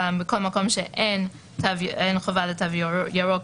בכל מקום שאין חובה לתו ירוק,